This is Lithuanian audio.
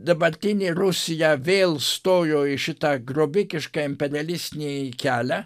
dabartinė rusija vėl stojo į šitą grobikišką imperialistinį kelią